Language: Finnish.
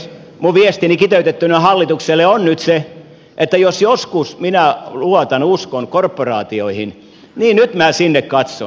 minun viestini kiteytettynä hallitukselle on nyt se että jos joskus minä luotan uskon korporaatioihin niin nyt minä sinne katson